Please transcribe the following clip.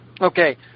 Okay